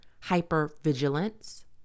hyper-vigilance